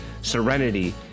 serenity